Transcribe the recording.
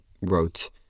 wrote